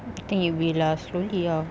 I think it will ah slowly ah